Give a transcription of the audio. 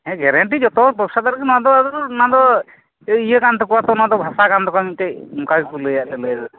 ᱦᱮᱸ ᱜᱮᱨᱮᱱᱴᱤ ᱡᱚᱛᱚ ᱵᱮᱵᱽᱥᱟᱫᱟᱨ ᱜᱮᱠᱚ ᱱᱚᱣᱟ ᱫᱚ ᱱᱚᱣᱟ ᱫᱚ ᱤᱭᱟᱹ ᱠᱟᱱ ᱛᱟᱠᱚᱣᱟ ᱛᱚ ᱵᱷᱟᱥᱟ ᱠᱟᱱ ᱛᱟᱠᱚᱣᱟ ᱢᱤᱫᱴᱮᱱ ᱚᱱᱠᱟ ᱜᱮᱠᱚ ᱞᱟᱹᱭᱟ ᱞᱟᱹᱭ ᱫᱚ